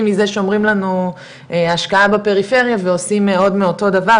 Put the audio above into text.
מזה שאומרים לנו השקעה בפריפריה ועושים עוד מאותו דבר,